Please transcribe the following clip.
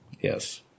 yes